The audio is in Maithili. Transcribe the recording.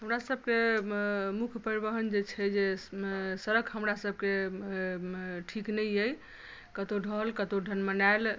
हमरासभके मुख्य परिवहन जे छै जे सड़क हमरासभके ठीक नहि अइ कतहु ढहल कतहु ढनमनाएल